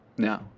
no